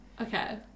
Okay